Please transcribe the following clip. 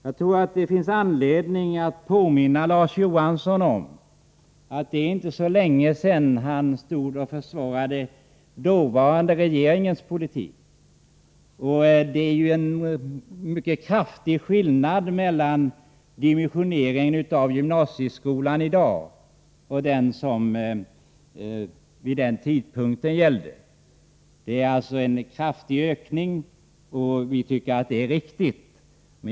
Jag tror att det finns anledning att påminna Larz Johansson om att det inte är så länge sedan han försvarade den dåvarande regeringens politik. Det är ju en mycket kraftig skillnad mellan dimensioneringen av gymnasieskolan i dag och den som gällde vid den tidpunkten. Det har alltså skett en kraftig ökning, och vi tycker att det är riktigt.